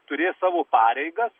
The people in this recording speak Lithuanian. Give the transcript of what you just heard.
turės savo pareigas